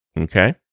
okay